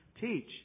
teach